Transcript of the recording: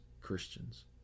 Christians